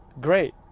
great